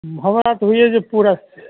हमरा तऽ होइए जे पूरा सेट